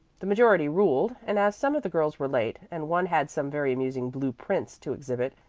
the majority ruled, and as some of the girls were late, and one had some very amusing blue-prints to exhibit,